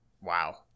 wow